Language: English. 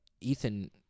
Ethan